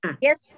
Yes